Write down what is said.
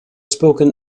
spoken